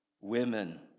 women